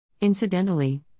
Incidentally